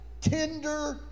tender